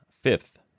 fifth